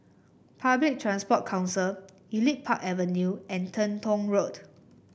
Public Transport Council Elite Park Avenue and Teng Tong Road